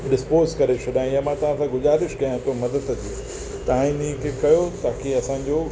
dispose करे छॾां या त मां तव्हां सां गुज़ारिश कयां तो मदद जी तव्हां इन्ही के कयो ताकि असांजो